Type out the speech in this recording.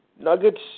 Nuggets